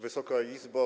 Wysoka Izbo!